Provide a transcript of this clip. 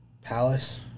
Palace